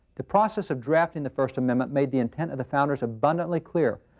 the process of drafting the first amendment made the intent of the founders abundantly clear.